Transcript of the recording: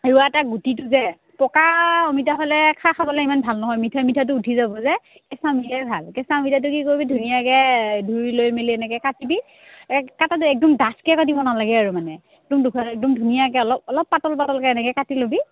এটা গুটিটো যে পকা অমিতা হ'লে খাৰ খাবলে ইমান ভাল নহয় মিঠাই মিঠাটো উঠি যাব যে কেঁচা অমিতাই ভাল কেঁচা অমিতাটো কি কৰিবি ধুনীয়াকে ধুই লৈ মেলি এনেকে কাটিবি কটাটো একদম ডাঠকে কাটিব নালাগে আৰু মানে একদম দুখ একদম ধুনীয়াকে অলপ অলপ পাতল পাতলকে এনেকে কাটি ল'বি